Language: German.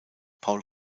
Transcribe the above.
paul